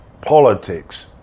politics